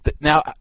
Now